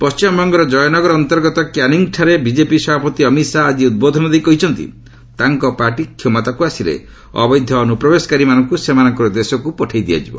ପଶ୍ଚିମବଙ୍ଗର କୟନଗର ଅନ୍ତର୍ଗତ କ୍ୟାନିଙ୍ଗଠାରେ ବିଜେପି ସଭାପତି ଅମିତ ଶାହା ଆକି ଉଦ୍ବୋଧନ ଦେଇ କହିଛନ୍ତି ତାଙ୍କ ପାର୍ଟି କ୍ଷମତାକୁ ଆସିଲେ ଅବୈଧ ଅନ୍ତ୍ରପ୍ରବେଶକାରୀମାନଙ୍କୁ ସେମାନଙ୍କର ଦେଶକୁ ପଠାଇ ଦିଆଯିବ